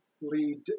lead